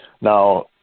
Now